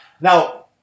Now